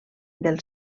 del